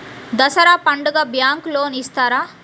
దసరా పండుగ bank loan ఇస్తారా?